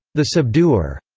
the subduer,